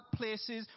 workplaces